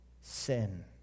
Sin